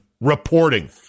reporting